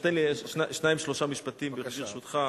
תן לי עוד שניים-שלושה משפטים, ברשותך.